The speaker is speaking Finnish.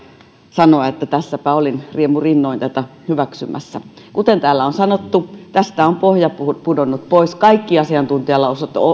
sanoa että tässäpä olin riemurinnoin tätä hyväksymässä kuten täällä on sanottu tästä on pohja pudonnut pois kaikki asiantuntijalausunnot